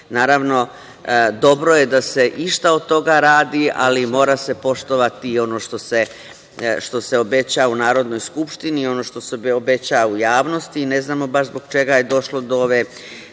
dalje. Naravno, dobro je da se išta od toga radi, ali mora se poštovati i ono što se obeća u Narodnoj skupštini i ono što se obeća u javnosti. Ne znamo baš zbog čega je došlo do ove